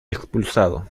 expulsado